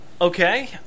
Okay